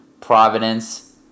Providence